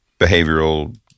behavioral